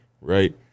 right